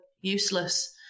useless